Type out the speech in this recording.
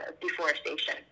deforestation